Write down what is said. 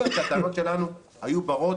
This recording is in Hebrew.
יכול להיות שהטענות שלנו היו ברות,